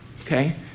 okay